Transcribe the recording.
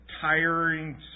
tiring